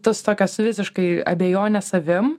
tas tokias visiškai abejones savim